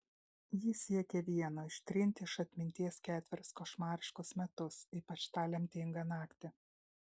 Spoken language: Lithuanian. ji siekė vieno ištrinti iš atminties ketverius košmariškus metus ypač tą lemtingą naktį